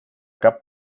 cap